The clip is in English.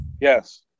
Yes